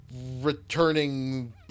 returning